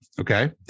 Okay